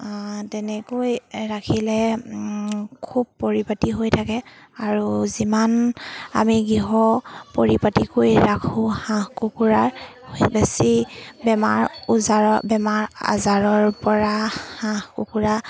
তেনেকৈ ৰাখিলে খুব পৰিপাটি হৈ থাকে আৰু যিমান আমি গৃহ পৰিপাটিকৈ ৰাখোঁ হাঁহ কুকুৰাৰ বেছি বেমাৰ ওজাৰ বেমাৰ আজাৰৰপৰা হাঁহ কুকুৰা